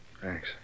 Thanks